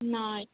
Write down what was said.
नहि